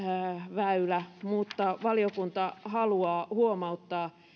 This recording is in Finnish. väylä mutta valiokunta haluaa huomauttaa